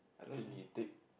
I think he take